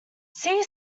see